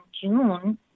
June